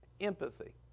empathy